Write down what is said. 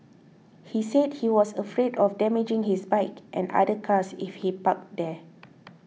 he said he was afraid of damaging his bike and other cars if he parked there